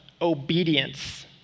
obedience